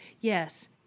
yes